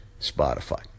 Spotify